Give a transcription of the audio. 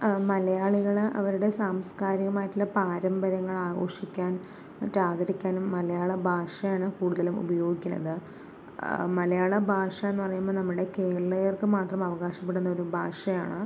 മലയാളികൾ അവരുടെ സാംസ്കാരികമായിട്ടുള്ള പാരമ്പര്യങ്ങൾ ആഘോഷിക്കാൻ മറ്റ് ആദരിക്കാനും മലയാള ഭാഷയാണ് കൂടുതലും ഉപയോഗിക്കുന്നത് മലയാള ഭാഷ എന്നു പറയുമ്പോൾ നമ്മുടെ കേരളീയർക്ക് മാത്രം അവകാശപ്പെടുന്ന ഒരു ഭാഷയാണ്